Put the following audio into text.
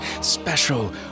special